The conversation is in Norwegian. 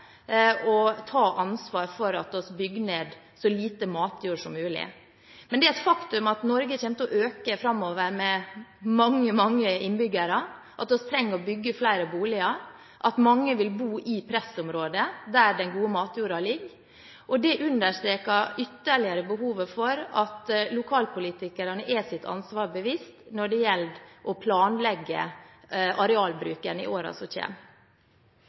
ta ansvar for at vi bygger ned så lite matjord som mulig. Men det er et faktum at Norges folketall kommer til å øke framover med mange, mange innbyggere, at vi trenger å bygge flere boliger, og at mange vil bo i pressområder der den gode matjorden ligger. Det understreker ytterligere behovet for at lokalpolitikerne er seg sitt ansvar bevisst når det gjelder å planlegge arealbruken i årene som